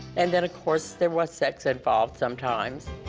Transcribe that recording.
and then of course, there was sex involved some times.